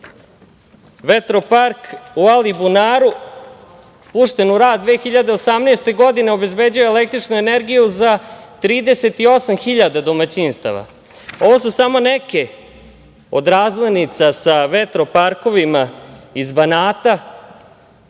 u Alibunaru, pušten u rad 2018. godine, obezbeđuje električnu energiju za 38.000 domaćinstava. Ovo su samo neke od razglednica sa vetroparkovima iz Banata,